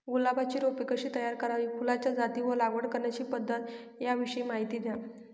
गुलाबाची रोपे कशी तयार करावी? फुलाच्या जाती व लागवड करण्याची पद्धत याविषयी माहिती द्या